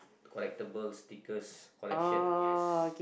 collectable stickers collection yes